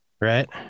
right